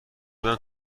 بودن